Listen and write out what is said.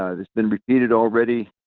ah it's been repeated already,